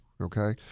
Okay